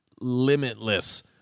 limitless